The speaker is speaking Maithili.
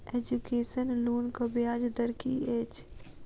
एजुकेसन लोनक ब्याज दर की अछि?